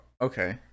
Okay